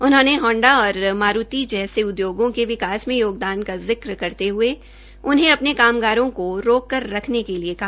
उन्होंने होंडा और मारूती जैसे उद्योगों के विकास में योगदान का जिक करते हुए उन्हें अपने कामगारों को रोक कर रखने के लिए कहा